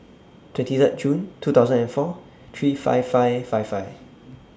twenty Third June two thousand and four three five five five five